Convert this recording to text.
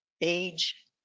age